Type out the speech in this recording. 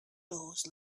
doors